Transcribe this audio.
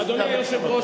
אדוני היושב-ראש,